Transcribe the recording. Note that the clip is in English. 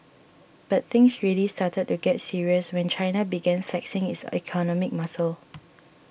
but things really started to get serious when China began flexing its economic muscle